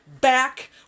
back